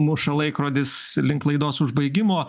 muša laikrodis link laidos užbaigimo